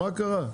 מה קרה?